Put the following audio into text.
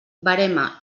verema